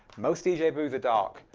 most dj booths are dark,